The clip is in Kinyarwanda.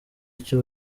icyo